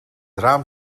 raam